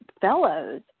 fellows